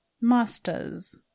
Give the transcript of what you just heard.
masters